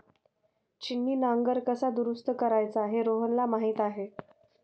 छिन्नी नांगर कसा दुरुस्त करायचा हे रोहनला माहीत आहे